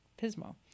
pismo